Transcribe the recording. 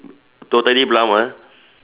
totally brown ah